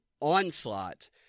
onslaught